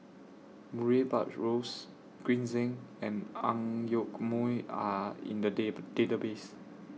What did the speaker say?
Murray Buttrose Green Zeng and Ang Yoke Mooi Are in The Datbase